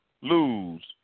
lose